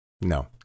No